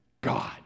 God